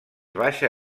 baixa